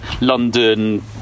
london